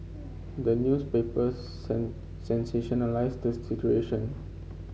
the newspapers sensationalise the situation